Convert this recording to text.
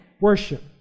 worship